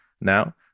now